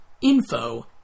info